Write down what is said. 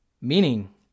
meaning